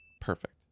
Perfect